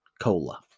Cola